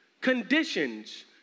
conditions